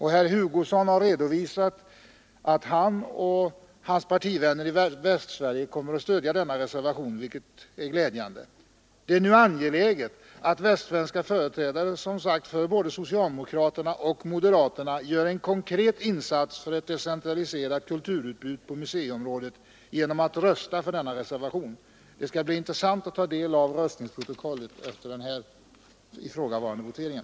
Herr Hugosson har redovisat att han och hans partivänner i Västsverige kommer att stödja denna reservation, vilket också är glädjande. Det är nu angeläget att västsvenska företrädare för både socialdemokraterna och moderaterna gör en konkret insats för ett decentraliserat kulturutbud på museiområdet genom att rösta för denna reservation. Det skall bli intressant att ta del av röstningsprotokollet efter den här ifrågavarande voteringen.